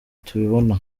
tubibona